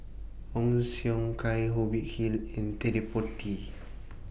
Ong Siong Kai Hubert Hill and Ted De Ponti